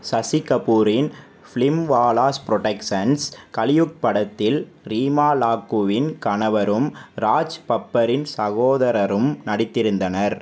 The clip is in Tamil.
சசி கபூரின் ஃபிலிம்வாலாஸ் புரொடக்ஷன்ஸ் கலியுக் படத்தில் ரீமா லாக்கூவின் கணவரும் ராஜ் பப்பரின் சகோதரரும் நடித்திருந்தனர்